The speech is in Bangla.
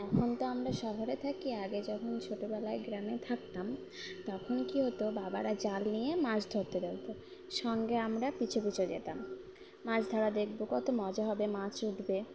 এখন তো আমরা শহরে থাকি আগে যখন ছোটোবেলায় গ্রামে থাকতাম তখন কী হতো বাবারা জাল নিয়ে মাছ ধরতে যেত সঙ্গে আমরা পিছু পিছু যেতাম মাছ ধরা দেখবো কতো মজা হবে মাছ উঠবে